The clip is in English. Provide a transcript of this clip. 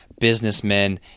businessmen